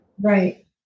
Right